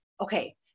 okay